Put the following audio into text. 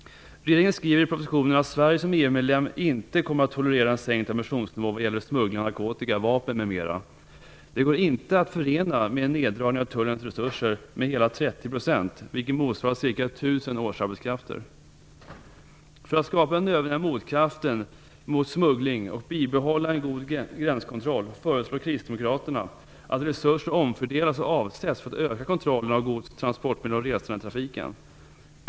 Regeringen skriver i propositionen att Sverige som EU-medlem inte kommer att tolerera en sänkt ambitionsnivå vad gäller smuggling av narkotika, vapen m.m. Det går inte att förena med en neddragning av Tullens resurser med hela 30 %, vilket motsvarar ca 1 000 årsarbetskrafter. För att skapa den nödvändiga motkraften mot smuggling och bibehålla en god gränskontroll föreslår kristdemokraterna att resurser omfördelas och avsätts för att öka kontrollen av gods och transporttrafiken.